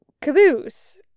Caboose